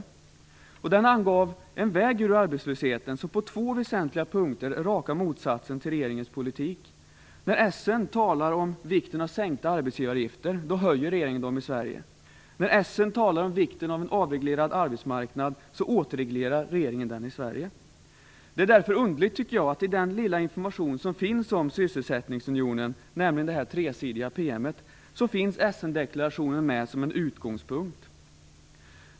Essen-deklarationen angav en väg ut ur arbetslösheten som på två väsentliga punkter är raka motsatsen till regeringens politik. När det i Essen-deklarationen talas om vikten av sänkta arbetsgivaravgifter, då höjer regeringen dem i Sverige. När det talas om vikten av en avreglerad arbetsmarknad, då återreglerar regeringen arbetsmarknaden i Sverige. Det är därför underligt att i den lilla information som finns om sysselsättningsunionen - nämligen den tresidiga PM:n - finns Essen-deklarationen med som en utgångspunkt.